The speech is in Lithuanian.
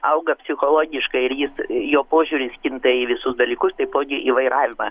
auga psichologiškai ir jis jo požiūris kinta į visus dalykus taipogi į vairavimą